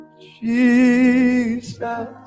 Jesus